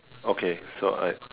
okay so I